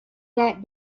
that